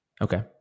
okay